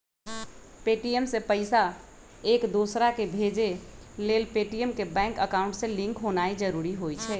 Paytm से पईसा एकदोसराकेँ भेजे लेल पेटीएम के बैंक अकांउट से लिंक होनाइ जरूरी होइ छइ